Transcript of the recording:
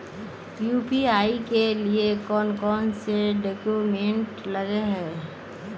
UPI के लिए कौन कौन से डॉक्यूमेंट लगे है?